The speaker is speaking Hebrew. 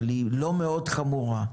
אבל היא לא מאוד חמורה,